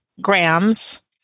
grams